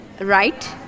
right